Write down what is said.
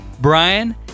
Brian